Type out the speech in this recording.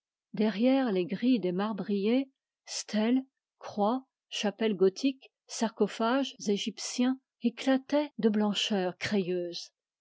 derrière les grilles des marbriers stèles croix chapelles gothiques sarcophages égyptiens éclataient de blancheur crayeuse